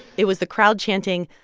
it was the crowd chanting,